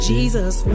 Jesus